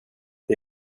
det